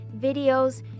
videos